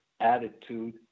attitude